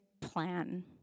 plan